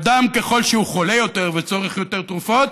אדם, ככל שהוא חולה יותר וצורך יותר תרופות,